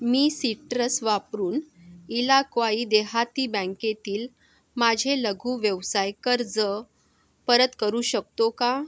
मी citrus वापरून इलाक्वाई देहाती बँकेतील माझे लघु व्यवसाय कर्ज परत करू शकतो का